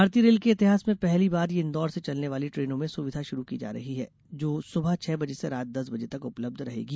भारतीय रेल के इतिहास में पहली बार ये इंदौर से चलने वाली ट्रेनों में सुविधा शुरू की जा रही है जो सुबह छह बजे से रात दस बजे तक उपलब्ध रहेगी